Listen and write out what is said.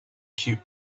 cute